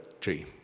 tree